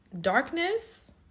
darkness